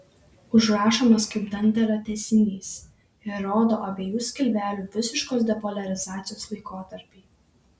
užrašomas kaip dantelio tęsinys ir rodo abiejų skilvelių visiškos depoliarizacijos laikotarpį